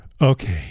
Okay